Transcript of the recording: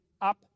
up